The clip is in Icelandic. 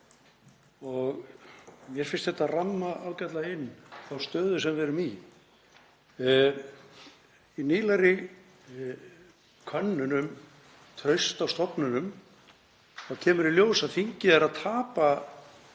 Mér finnst þetta ramma ágætlega inn þá stöðu sem við erum í. Í nýlegri könnun um traust á stofnunum kemur í ljós að þingið er að tapa